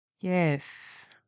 Yes